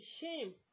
shame